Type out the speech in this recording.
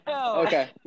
okay